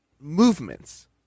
movements